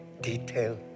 detail